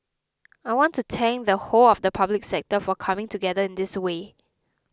I want to thank the whole of the Public Service for coming together in this way